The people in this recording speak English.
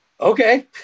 Okay